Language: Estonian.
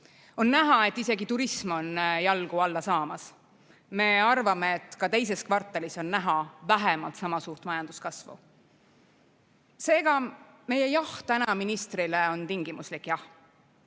On näha, et isegi turism on jalgu alla saamas. Me arvame, et ka teises kvartalis on näha vähemalt sama suurt majanduskasvu. Seega, meie tänane jah ministrile on tingimuslik jah.